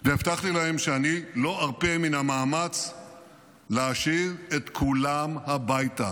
והבטחתי להן שאני לא ארפה מן המאמץ להשיב את כולם הביתה,